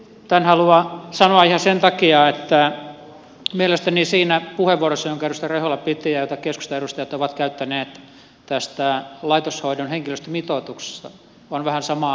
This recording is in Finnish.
tämän haluan sanoa ihan sen takia että mielestäni siinä puheenvuorossa jonka edustaja rehula käytti ja niissä puheenvuoroissa joita keskustan edustajat ovat käyttäneet laitoshoidon henkilöstömitoituksesta on vähän samaa sävyä